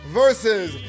versus